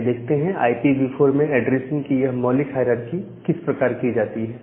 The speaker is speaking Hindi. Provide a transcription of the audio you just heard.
आइए देखते हैं IPv 4 में ऐड्रेसिंग की यह मौलिक हायरारकी किस प्रकार की जाती है